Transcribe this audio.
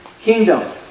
kingdom